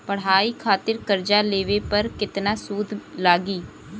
पढ़ाई खातिर कर्जा लेवे पर केतना सूद लागी?